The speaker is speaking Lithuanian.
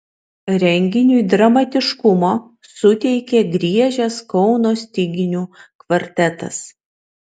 renginiui dramatiškumo suteikė griežęs kauno styginių kvartetas